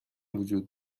وجود